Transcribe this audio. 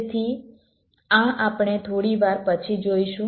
તેથી આ આપણે થોડી વાર પછી જોઈશું